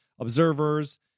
observers